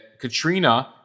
Katrina